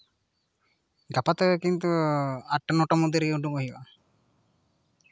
ᱜᱟᱯᱟᱛᱮ ᱠᱤᱱᱛᱩ ᱟᱴᱴᱟ ᱱᱚᱴᱟ ᱢᱚᱫᱽᱫᱷᱮ ᱨᱮᱜᱮ ᱩᱰᱩᱠᱚᱜ ᱦᱩᱭᱩᱜᱼᱟ